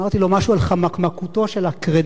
אמרתי לו משהו על חמקמקותו של הקרדיט.